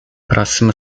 próxima